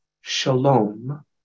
shalom